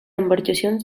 embarcacions